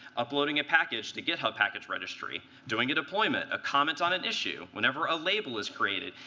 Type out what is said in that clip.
uploading a package to github package registry, doing a deployment, a comment on an issue, whenever a label is created.